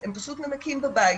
בבית, הם פשוט נמקים בבית.